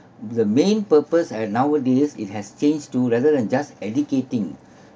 the main purpose has nowadays it has changed to rather than just educating